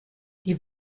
die